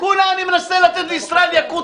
כולה אני מנסה לתת לישראל יקוטי,